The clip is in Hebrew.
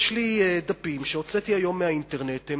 יש לי דפים שהוצאתי היום מהאינטרנט,